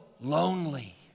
lonely